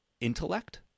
intellect